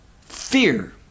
Fear